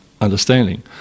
understanding